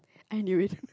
I knew it